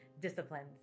Disciplines